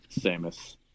Samus